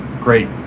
great